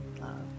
love